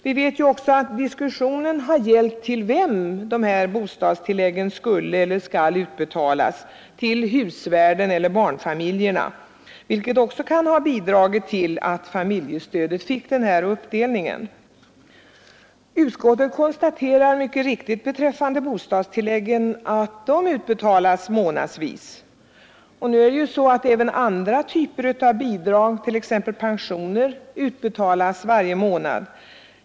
Vi vet ju också att diskussionen har gällt till vem dessa bostadstillägg skulle eller skall utbetalas — till husvärden eller barnfamiljerna — vilket också kan ha bidragit till att familjestödet fick denna uppdelning. Utskottet konstaterar mycket riktigt beträffande bostadstilläggen att dessa utbetalas månadsvis. Nu är det ju så att även andra typer av bidrag, t.ex. pensioner, utbetalas varje månad.